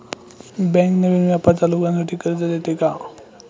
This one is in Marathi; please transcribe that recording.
बँक नवीन व्यापार चालू करण्यासाठी कर्ज देते का?